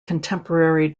contemporary